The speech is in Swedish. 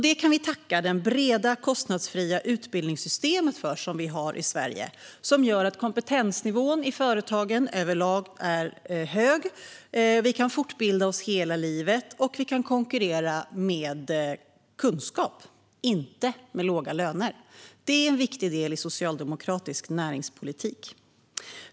Det kan vi tacka det breda kostnadsfria utbildningssystem som vi har i Sverige för. Det gör att kompetensnivån i företagen överlag är hög. Vi kan fortbilda oss hela livet, och vi kan konkurrera med kunskap och inte med låga löner. Det är en viktig del i socialdemokratisk näringspolitik.